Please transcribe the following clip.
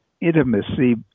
intimacy